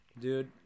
Dude